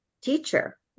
teacher